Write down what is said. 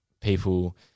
people